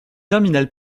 germinal